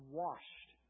washed